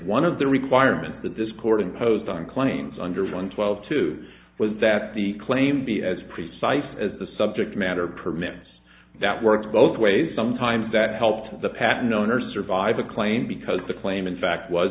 one of the requirements that this court imposed on claims under one twelve two was that the claim be as precise as the subject matter permits that works both ways sometimes that helped the patent owner survive the claim because the claim in fact was